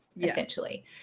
essentially